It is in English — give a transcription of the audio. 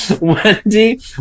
Wendy